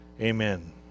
Amen